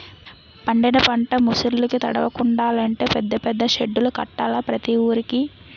పండిన పంట ముసుర్లుకి తడవకుండలంటే పెద్ద పెద్ద సెడ్డులు కట్టాల ప్రతి వూరికి